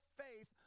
faith